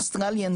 אוסטרליה,